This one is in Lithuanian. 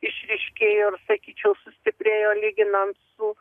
išryškėjo ir sakyčiau sustiprėjo lyginant su